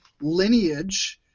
lineage